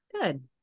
Good